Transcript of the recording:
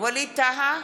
ווליד טאהא,